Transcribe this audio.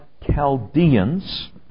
Chaldeans